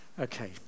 Okay